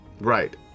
Right